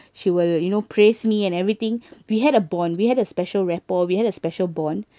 she will you know praise me and everything we had a bond we had a special rapport we had a special bond